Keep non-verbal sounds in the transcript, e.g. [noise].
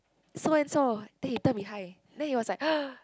so and so then he turn behind then he was like [noise]